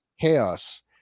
Chaos